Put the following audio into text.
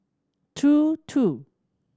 two two